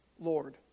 lord